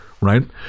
Right